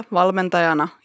valmentajana